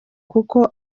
kuko